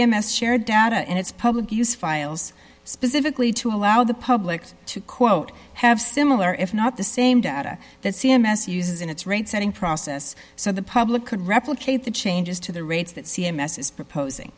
s share data and its public use files specifically to allow the public to quote have similar if not the same data that c m s uses in its rate setting process so the public could replicate the changes to the rates that c m s is proposing